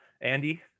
andy